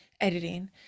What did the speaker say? editing